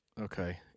Okay